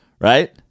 right